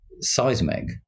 seismic